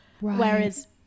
Whereas